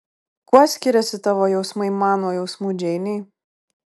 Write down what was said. kuo skiriasi tavo jausmai man nuo jausmų džeinei